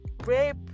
Rape